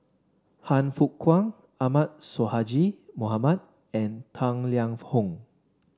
Han Fook Kwang Ahmad Sonhadji Mohamad and Tang Liang Hong